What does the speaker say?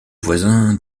voisin